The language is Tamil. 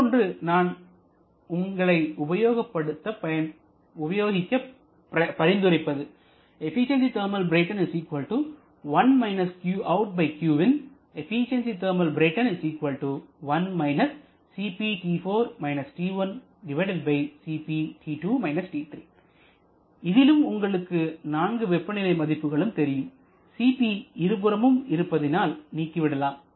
மற்றொன்று நான் உங்களை உபயோகிக்க பரிந்துரைப்பது இதிலும் உங்களுக்கு 4 வெப்பநிலை மதிப்புகளும் தெரியும் cp இருபுறமும் இருப்பதினால் நீக்கிவிடலாம்